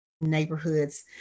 neighborhoods